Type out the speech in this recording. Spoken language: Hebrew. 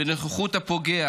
בנוכחות הפוגע,